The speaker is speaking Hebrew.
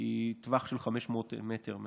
בטווח של 500 מטר מהכנפיים.